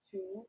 Two